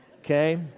okay